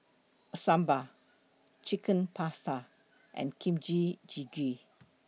Sambar Chicken Pasta and Kimchi Jjigae